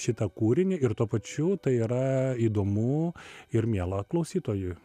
šitą kūrinį ir tuo pačiu tai yra įdomu ir miela klausytojui